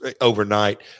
overnight